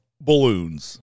balloons